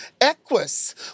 *Equus*